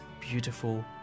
beautiful